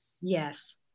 Yes